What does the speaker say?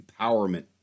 empowerment